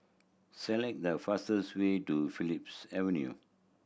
select the fastest way to Phillips Avenue